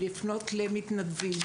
לפנות למתנדבים,